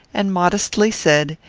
and modestly said,